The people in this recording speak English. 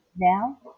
now